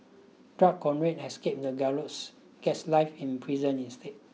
drug courier escapes the gallows gets life in prison instead